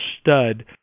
stud